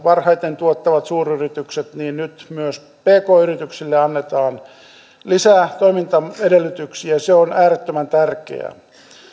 parhaiten tuottavat suuryritykset niin nyt myös pk yrityksille annetaan lisää toimintaedellytyksiä se on äärettömän tärkeää